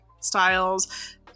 styles